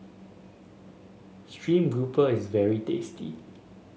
stream grouper is very tasty